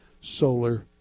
solar